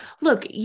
look